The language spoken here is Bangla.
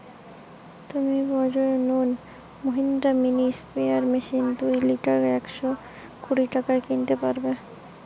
তুমি বাজর নু মহিন্দ্রা মিনি স্প্রেয়ার মেশিন দুই লিটার একশ কুড়ি টাকায় কিনতে পারবে